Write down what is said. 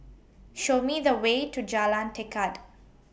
Show Me The Way to Jalan Tekad